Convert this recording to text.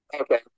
okay